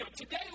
Today